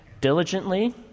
diligently